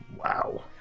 Wow